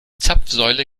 zapfsäule